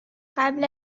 قبل